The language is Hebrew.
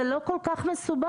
זה לא כל כך מסובך.